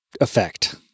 effect